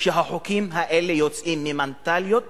שהחוקים האלה יוצאים ממנטליות